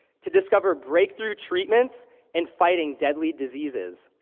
to discover breakthrough treatments and fighting deadly diseases.